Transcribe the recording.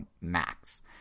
max